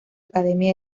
academia